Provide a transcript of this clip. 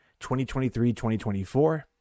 2023-2024